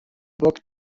book